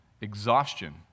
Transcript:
exhaustion